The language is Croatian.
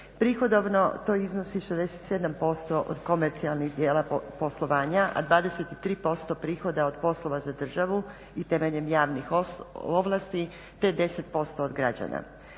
Prihodovno to iznosi 67% od komercijalnih djela poslovanja a 23% prihoda od poslova za državu i temeljem javnih ovlasti te 10% od građana.